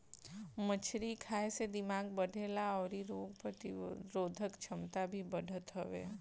मछरी खाए से दिमाग बढ़ेला अउरी रोग प्रतिरोधक छमता भी बढ़त हवे